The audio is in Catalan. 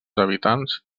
habitants